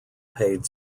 paid